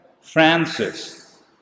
Francis